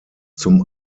zum